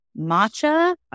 matcha